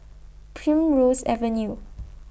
Primrose Avenue